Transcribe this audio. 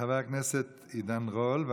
חבר הכנסת עידן רול,